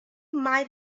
might